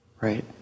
Right